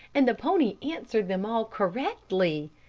and the pony answered them all correctly.